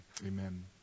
amen